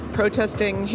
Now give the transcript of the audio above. protesting